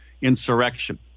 insurrection